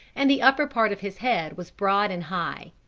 and the upper part of his head was broad and high.